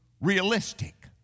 realistic